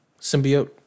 symbiote